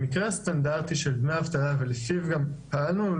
המקרה הסטנדרטי של דמי אבטלה ולפיו גם פעלנו,